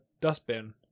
dustbin